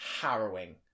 harrowing